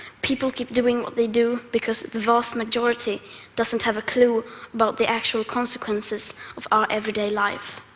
people keep doing what they do because the vast majority doesn't have a clue about the actual consequences of our everyday life,